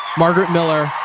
margaret miller,